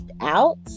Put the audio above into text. out